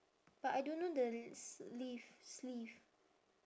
but I don't know the sleeve sleeve